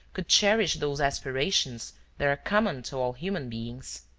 could cherish those aspirations that are common to all human beings.